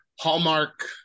Hallmark